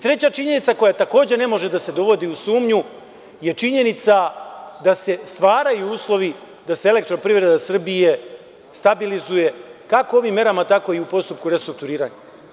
Treća činjenica koja, takođe, ne može da se dovodi u sumnju je činjenica da se stvaraju uslovi da se Elektroprivreda Srbije stabilizuje, kako ovim merama, tako i u postupku restrukturiranja.